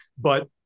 But-